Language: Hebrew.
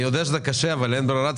אני יודע שזה קשה אבל אין ברירה,